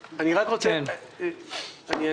בעצם התשובה של שי, אני חושבת, היא התשובה.